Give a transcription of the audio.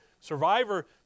Survivor